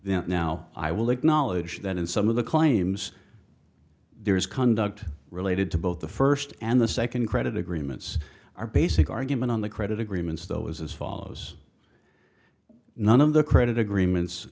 them now i will acknowledge that in some of the claims there is conduct related to both the first and the second credit agreements our basic argument on the credit agreements though is as follows none of the credit agreements